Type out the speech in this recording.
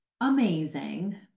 amazing